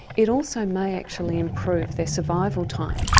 it also may actually improve their survival time.